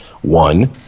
one